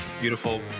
beautiful